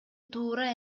туура